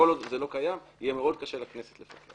כל עוד זה לא קיים, יהיה מאוד קשה לכנסת לפקח.